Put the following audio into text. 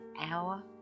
hour